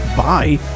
bye